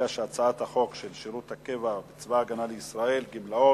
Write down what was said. ההצעה להעביר את הצעת חוק שירות הקבע בצבא-הגנה לישראל (גמלאות)